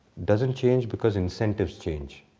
doesn't change because incentives change,